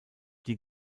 die